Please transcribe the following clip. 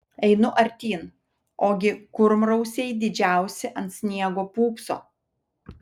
einu artyn ogi kurmrausiai didžiausi ant sniego pūpso